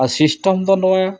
ᱟᱨ system ᱫᱚ ᱱᱚᱣᱟ